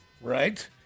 Right